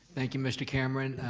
thank you, mr. cameron.